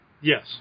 Yes